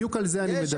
בדיוק על זה אני מדבר.